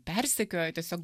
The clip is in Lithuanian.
persekiojo tiesiog